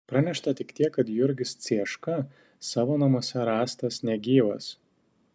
pranešta tik tiek kad jurgis cieška savo namuose rastas negyvas